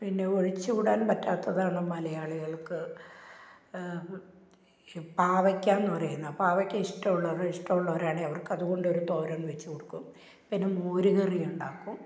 പിന്നെ ഒഴിച്ച് കൂടാന് പറ്റാത്തതാണ് മലയാളികള്ക്ക് ഈ പാവയ്ക്കയെന്നു പറയുന്നത് പാവയ്ക്ക ഇഷ്ടമുള്ളവരൊക്കെ ഇഷ്ടമുള്ളവരാണെ അവര്ക്ക് അതു കൊണ്ടൊരു തോരന് വെച്ചു കൊടുക്കും പിന്നെ മോര് കറിയുണ്ടാക്കും